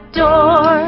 door